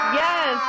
yes